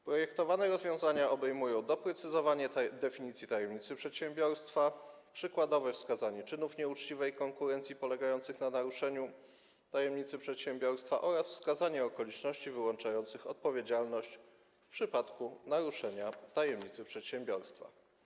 Projektowane rozwiązania obejmują doprecyzowanie definicji tajemnicy przedsiębiorstwa, przykładowe wskazanie czynów nieuczciwej konkurencji polegających na naruszeniu tajemnicy przedsiębiorstwa oraz wskazanie okoliczności wyłączających odpowiedzialność w przypadku naruszenia tajemnicy przedsiębiorstwa.